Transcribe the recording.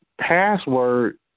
password